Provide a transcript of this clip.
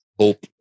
hope